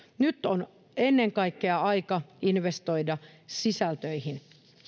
nyt on aika investoida ennen kaikkea sisältöihin